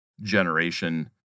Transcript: generation